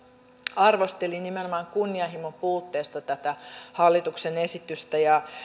arvostelivat nimenomaan kunnianhimon puutteesta tätä hallituksen esitystä ja